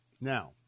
now